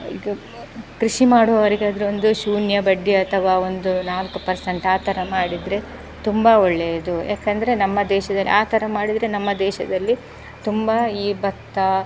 ಕೃಷಿ ಮಾಡುವವರಿಗಾದರೂ ಒಂದು ಶೂನ್ಯ ಬಡ್ಡಿ ಅಥವಾ ಒಂದು ನಾಲ್ಕು ಪರ್ಸೆಂಟ್ ಆ ಥರ ಮಾಡಿದರೆ ತುಂಬ ಒಳ್ಳೆಯದು ಯಾಕಂದರೆ ನಮ್ಮ ದೇಶದಲ್ಲಿ ಆ ಥರ ಮಾಡಿದರೆ ನಮ್ಮ ದೇಶದಲ್ಲಿ ತುಂಬ ಈ ಭತ್ತ